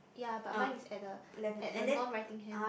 ya but mine is at the at the non writing hand